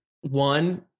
one